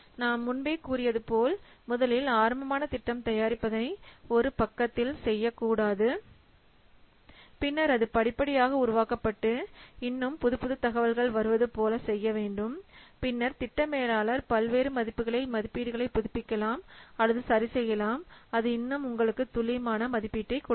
நான் முன்பே கூறியது போல் முதலில் ஆரம்ப திட்டம் தயாரிப்பதை ஒரு பக்கத்தில் செய்யக்கூடாது பின்னர் அது படிப்படியாக உருவாக்கப்பட்டு இன்னும் புதுப் புதுத் தகவல்கள் வருவது போல செய்ய வேண்டும் பின்னர் திட்ட மேலாளர் பல்வேறு மதிப்புகளை மதிப்பீடுகளை புதுப்பிக்கலாம் அல்லது சரிசெய்யலாம் அது இன்னும் உங்களுக்கு துல்லியமான மதிப்பீட்டை கொடுக்கும்